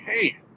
Hey